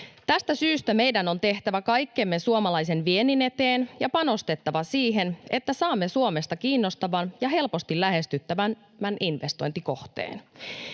Tästä syystä meidän on tehtävä kaikkemme suomalaisen viennin eteen ja panostettava siihen, että saamme Suomesta kiinnostavan ja helposti lähestyttävämmän investointikohteen.